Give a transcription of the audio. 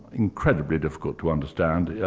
incredibly difficult to understand.